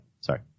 Sorry